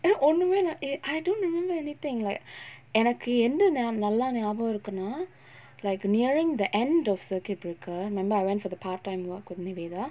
இது ஒன்னுமே இல்ல இது:ithu onnumae illa ithu I don't remember anything like எனக்கு எந்துனா நல்லா ஞாபகம் இருக்குனா:enakku enthunaa nallaa nyabagam irukkunaa like nearing the end of circuit breaker remember I went for the part time work with nivetha